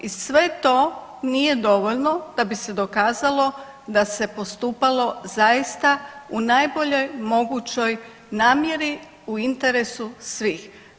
I sve to nije dovoljno da bi se dokazalo da se postupalo zaista u najboljoj mogućoj namjeri u interesu svih.